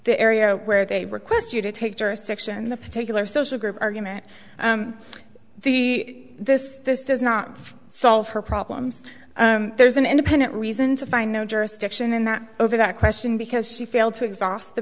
the area where they request you to take jurisdiction the particular social group argument the this this does not solve her problems there's an independent reason to find no jurisdiction in that over that question because she failed to exhaust the